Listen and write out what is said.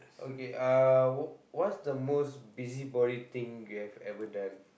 okay uh what's the most busybody thing you have ever done